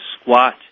squat